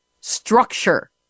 structure